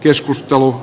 joskus tuo